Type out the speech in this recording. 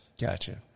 Gotcha